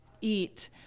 eat